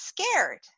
scared